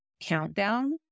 countdown